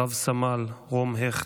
רס"ל רום הכט,